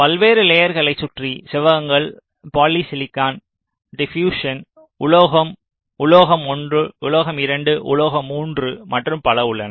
பல்வேறு லேயர்களைச் சுற்றி செவ்வகங்கள் பாலிசிலிகான் டிபியூசன் உலோகம் உலோகம் 1 உலோகம் 2 உலோகம் 3 மற்றும் பல உள்ளன